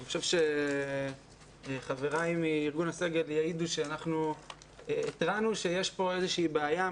אני חושב שחבריי מארגון הסגל יעידו על כך שהתרענו שיש כאן איזושהי בעיה,